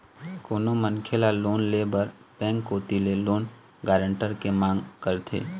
कोनो मनखे ल लोन ले बर बेंक कोती ले लोन गारंटर के मांग करथे